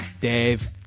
Dave